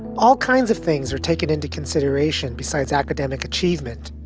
all kinds of things are taken into consideration besides academic achievement,